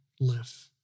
live